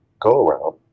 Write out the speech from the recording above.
go-around